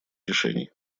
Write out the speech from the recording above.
решений